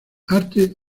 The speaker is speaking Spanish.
arte